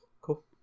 Cool